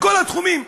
בכל התחומים.